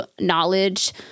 knowledge